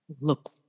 Look